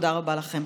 תודה רבה לכם.